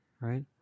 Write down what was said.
right